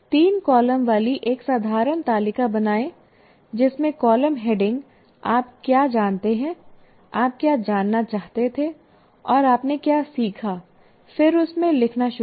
तीन कॉलम वाली एक साधारण तालिका बनाएं जिसमें कॉलम हेडिंग आप क्या जानते हैं आप क्या जानना चाहते थे और आपने क्या सीखा फिर उसमें लिखना शुरू करें